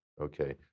okay